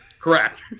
Correct